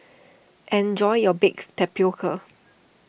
enjoy your Baked Tapioca